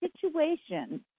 situations